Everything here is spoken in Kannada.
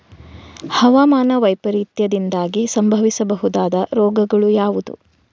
ಹವಾಮಾನ ವೈಪರೀತ್ಯದಿಂದಾಗಿ ಸಂಭವಿಸಬಹುದಾದ ರೋಗಗಳು ಯಾವುದು?